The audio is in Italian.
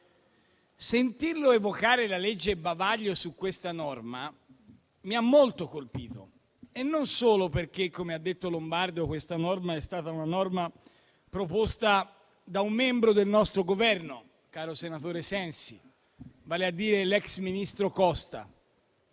Sentirlo evocare la legge bavaglio su questa norma mi ha molto colpito e non solo perché - come ha detto Lombardo - questa norma è stata proposta da un membro del nostro Governo, caro senatore Sensi, vale a dire l'ex ministro Costa,